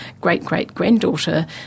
great-great-granddaughter